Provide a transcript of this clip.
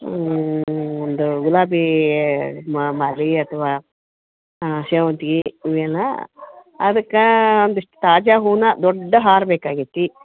ಒಂದು ಗುಲಾಬಿ ಮಾಲೆ ಅಥ್ವಾ ಸೇವಂತ್ಗೆ ಇವೆಲ್ಲ ಅದಕ್ಕೆ ಒಂದಿಷ್ಟು ತಾಜಾ ಹೂವಿನ ದೊಡ್ಡ ಹಾರ ಬೇಕಾಗೇತಿ